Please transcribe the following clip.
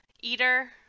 eater